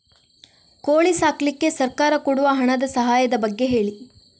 ಕೋಳಿ ಸಾಕ್ಲಿಕ್ಕೆ ಸರ್ಕಾರ ಕೊಡುವ ಹಣದ ಸಹಾಯದ ಬಗ್ಗೆ ಹೇಳಿ